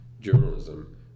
journalism